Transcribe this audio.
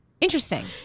Interesting